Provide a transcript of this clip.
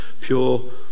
pure